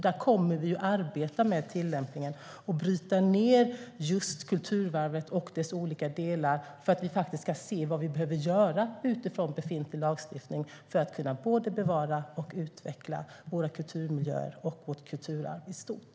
Där kommer vi att arbeta med tillämpningen och bryta ned kulturarvet i dess olika delar för att se vad vi behöver göra utifrån befintlig lagstiftning för att kunna både bevara och utveckla våra kulturmiljöer och vårt kulturarv i stort.